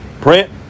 print